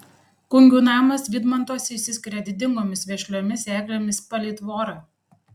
kungių namas vydmantuose išsiskiria didingomis vešliomis eglėmis palei tvorą